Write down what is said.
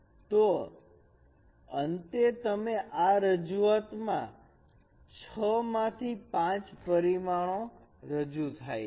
તો અંતે તમે આ રજૂઆત માં 6 માંથી 5 પરિમાણો રજૂ થાય છે